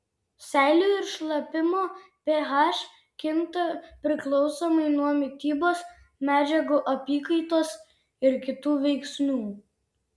seilių ir šlapimo ph kinta priklausomai nuo mitybos medžiagų apykaitos ir kitų veiksnių